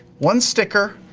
one sticker,